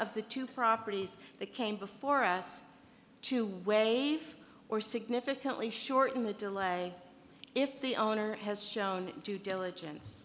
of the two properties that came before us to waive or significantly shorten the delay if the owner has shown due diligence